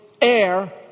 air